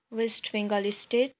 West Bengal state